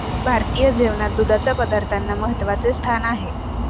भारतीय जेवणात दुधाच्या पदार्थांना महत्त्वाचे स्थान आहे